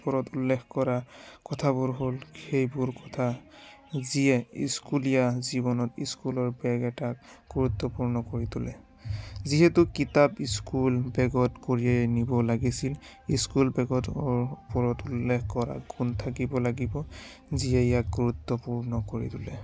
ওপৰত উল্লেখ কৰা কথাবোৰ হ'ল সেইবোৰ কথা যিয়ে স্কুলীয়া জীৱনত স্কুলৰ বেগ এটাক গুৰুত্বপূৰ্ণ কৰি তোলে যিহেতু কিতাপ স্কুল বেগত কঢ়িয়াই নিব লাগিছিল স্কুল বেগত ওপৰত উল্লেখ কৰা গুণ থাকিব লাগিব যিয়ে ইয়াক গুৰুত্বপূৰ্ণ কৰি তোলে